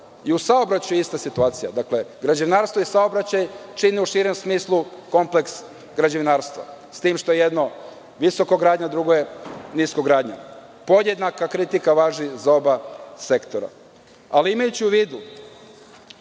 i u saobraćaju. Dakle, građevinarstvo i saobraćaj čine u širem smislu kompleks građevinarstva s tim što je jedno visokogradnja, a drugo niskogradnja. Podjednaka kritika važi za oba sektora. Imajući u vidu